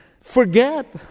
forget